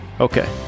Okay